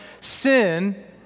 Sin